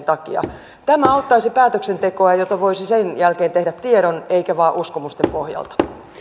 takia tämä auttaisi päätöksentekoa jota voisi sen jälkeen tehdä tiedon eikä vain uskomusten pohjalta arvoisa